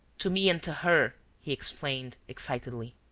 to me and to her, he explained, excitedly.